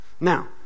Now